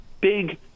big